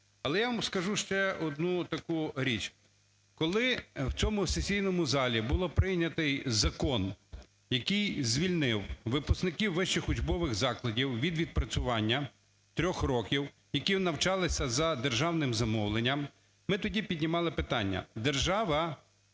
Але я вам скажу ще одну таку річ. Коли в цьому сесійному залі був прийнятий закон, який звільнив випускників вищих учбових закладів від відпрацювання трьох років, які навчалися за державним замовленням, ми тоді піднімали питання, держава